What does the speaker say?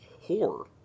horror